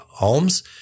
alms